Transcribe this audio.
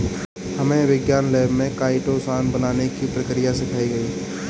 हमे विज्ञान लैब में काइटोसान बनाने की प्रक्रिया सिखाई गई